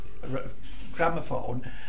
gramophone